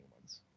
ones